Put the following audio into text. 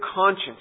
conscience